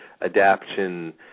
adaption